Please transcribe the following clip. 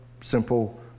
simple